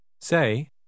Say